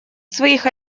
своих